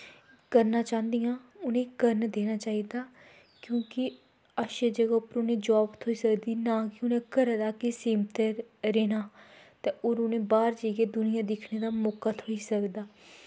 करन चाह्दियां करन देना चाहिदा क्योंकि अच्छी ज'गा पर उ'नें गी जाब थ्होई सकदी ना कि उ'नें घरै तक्कर गै सीमत रौह्ना होर उ'नें गी बाह्र जाइयै दुनिया दिक्खने दा मौका थ्होई सकदा